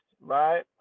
right